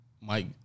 Mike